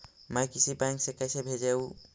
मैं किसी बैंक से कैसे भेजेऊ